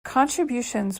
contributions